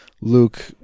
luke